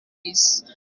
isi